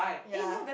ya